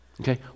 Okay